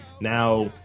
Now